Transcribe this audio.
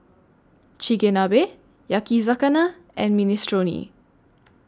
Chigenabe Yakizakana and Minestrone